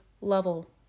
level